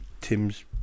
Tim's